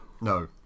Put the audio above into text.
No